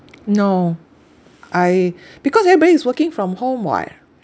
no I because everybody is working from home [what]